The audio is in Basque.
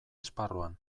esparruan